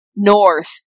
north